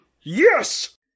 Yes